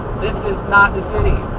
this is not the city!